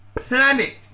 planet